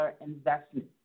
investment